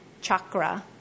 chakra